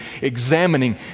examining